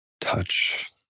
touch